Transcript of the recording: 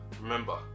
remember